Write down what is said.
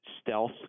stealth